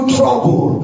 trouble